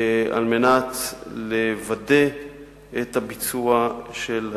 על מנת לוודא את הביצוע של ההחלטה.